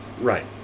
Right